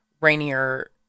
Rainier